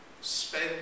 spend